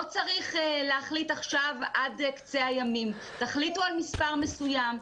לא צריך להחליט עכשיו עד קצה הימים אבל תחליטו על מספר מסוים,